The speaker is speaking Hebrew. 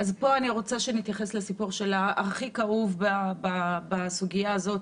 אני רוצה שנתייחס לסיפור הכי כאוב בסוגיה הזאת,